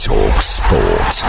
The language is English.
TalkSport